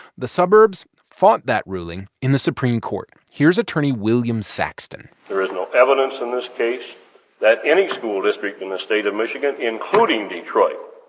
the suburbs fought that ruling in the supreme court. here's attorney william saxton there is no evidence in this case that any school district in the state of michigan, including detroit,